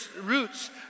roots